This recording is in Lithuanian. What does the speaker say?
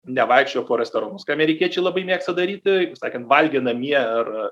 nevaikščiojo po restoranus ką amerikiečiai labai mėgsta daryti kaip sakant valgė namie ar